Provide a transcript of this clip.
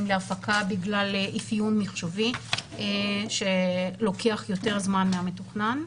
להפקה בגלל אפיון מחשובי שלוקח יותר זמן מהמתוכנן,